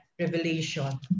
revelation